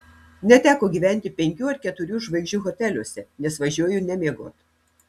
neteko gyventi penkių ar keturių žvaigždžių hoteliuose nes važiuoju ne miegot